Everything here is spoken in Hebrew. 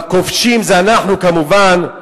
והכובשים זה אנחנו כמובן,